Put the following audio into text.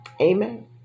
Amen